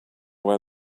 where